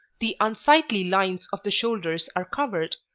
the unsightly lines of the shoulders are covered,